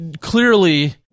clearly